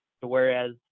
Whereas